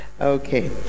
okay